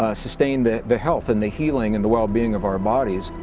ah sustain the the health, and the healing and the well being of our bodies,